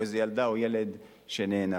או אם זה ילד או ילדה שנאנסו.